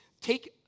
Take